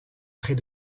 près